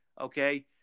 okay